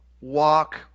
Walk